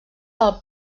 del